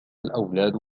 الأولاد